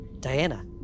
Diana